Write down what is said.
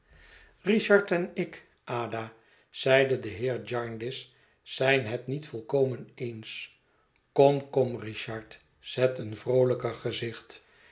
richard en ik ada zeide de heer jarndyce zijn het niet volkomen eens kom kom richard zet een vroolijker gezicht